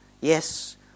yes